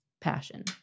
passion